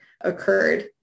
occurred